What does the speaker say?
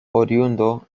oriundo